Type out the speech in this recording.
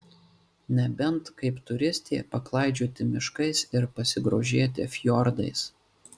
nebent kaip turistė paklaidžioti miškais ir pasigrožėti fjordais